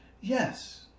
Yes